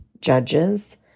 judges